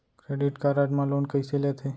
Credit card मा loan कइसे लेथे?